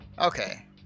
Okay